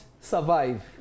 survive